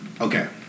okay